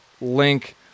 link